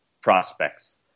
prospects